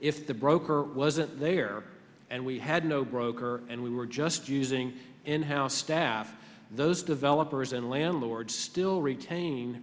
if the broker wasn't there and we had no broker and we were just using in house staff those developers and landlords still retain